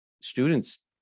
students